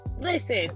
listen